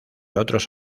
otros